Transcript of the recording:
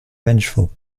vengeful